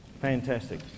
Fantastic